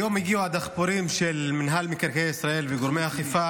היום הגיעו הדחפורים של מינהל מקרקעי ישראל וגורמי האכיפה